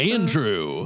Andrew